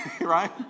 Right